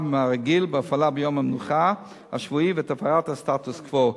מהרגיל בהפעלה ביום המנוחה השבועי ואת הפרת הסטטוס-קוו.